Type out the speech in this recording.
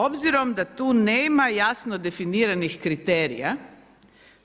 Obzirom da tu nema jasno definiranih kriterija,